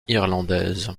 irlandaise